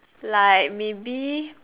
like maybe